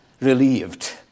relieved